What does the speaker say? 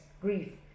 grief